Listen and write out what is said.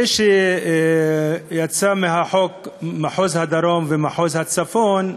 זה שיצאו מהחוק מחוז הדרום ומחוז הצפון,